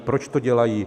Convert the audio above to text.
Proč to dělají?